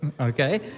okay